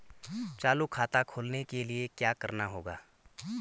चालू खाता खोलने के लिए क्या करना होगा?